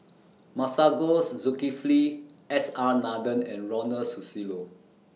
Masagos Zulkifli S R Nathan and Ronald Susilo